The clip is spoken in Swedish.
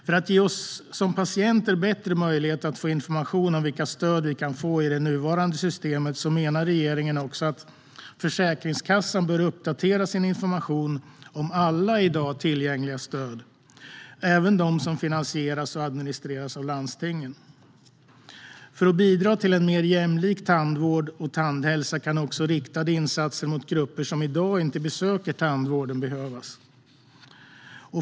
För att ge oss som patienter bättre möjligheter att få information om vilka stöd vi kan få i det nuvarande systemet menar regeringen att Försäkringskassan bör uppdatera sin information om alla i dag tillgängliga stöd, även de som finansieras och administreras av landstingen. För att bidra till en mer jämlik tandvård och tandhälsa kan också riktade insatser mot grupper som i dag inte besöker tandvården behövas.